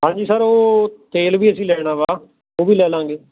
ਹਾਂਜੀ ਸਰ ਉਹ ਤੇਲ ਵੀ ਅਸੀਂ ਲੈਣਾ ਵਾ ਉਹ ਵੀ ਲੈ ਲਵਾਂਗੇ